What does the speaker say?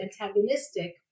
antagonistic